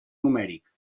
numèric